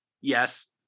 Yes